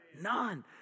None